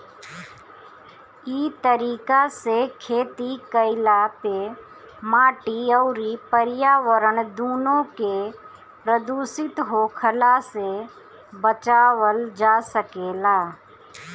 इ तरीका से खेती कईला पे माटी अउरी पर्यावरण दूनो के प्रदूषित होखला से बचावल जा सकेला